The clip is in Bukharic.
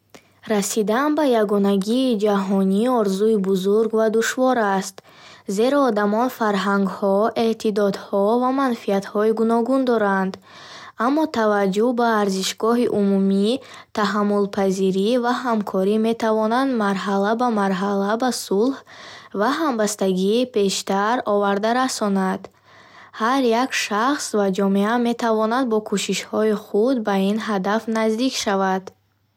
Расидан ба ягонагии ҷаҳонӣ орзуи бузург ва душвор аст, зеро одамон фарҳангҳо, эътиқодҳо ва манфиатҳои гуногун доранд. Аммо таваҷҷӯҳ ба арзишҳои умумӣ, таҳаммулпазирӣ ва ҳамкорӣ метавонад марҳала ба марҳала ба сулҳ ва ҳамбастагии бештар оварда расонад. Ҳар як шахс ва ҷомеа метавонад бо кӯшишҳои худ ба ин ҳадаф наздик шавад.